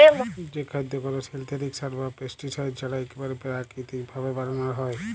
যে খাদ্য কল সিলথেটিক সার বা পেস্টিসাইড ছাড়া ইকবারে পেরাকিতিক ভাবে বানালো হয়